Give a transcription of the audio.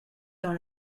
dans